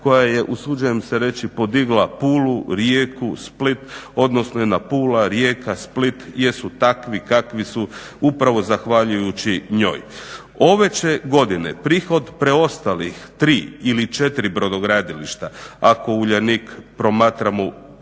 koja je, usuđujem se reći podigla Pulu, Rijeku, Split, odnosno jedna Pula, Rijeka, Split jesu takvi kakvi su upravo zahvaljujući njoj. Ove će godine prihod preostalih 3 ili 4 brodogradilišta, ako Uljanik promatramo